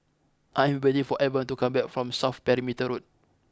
I am waiting for Avon to come back from South Perimeter Road